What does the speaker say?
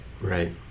Right